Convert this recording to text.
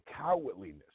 cowardliness